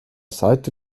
seite